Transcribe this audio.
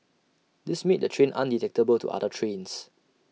this made the train undetectable to other trains